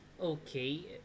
okay